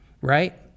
right